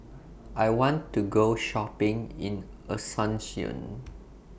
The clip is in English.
I want to Go Shopping in Asuncion